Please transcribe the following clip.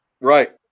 right